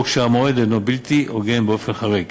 או כשהמועד אינו בלתי הוגן באופן חריג.